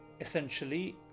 Essentially